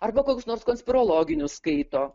arba kokius nors konspirologinius skaito